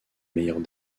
meilleurs